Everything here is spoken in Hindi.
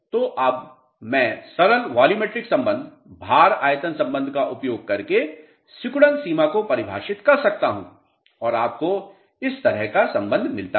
तो अब मैं सरल वॉल्यूमेट्रिक संबंध भार आयतन संबंध का उपयोग करके सिकुड़न सीमा को परिभाषित कर सकता हूं और आपको इस तरह का संबंध मिलता है